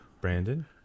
Brandon